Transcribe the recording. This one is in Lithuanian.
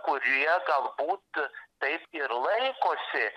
kurie galbūt taip ir laikosi